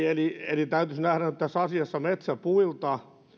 eli eli täytyisi nähdä nyt tässä asiassa metsä puilta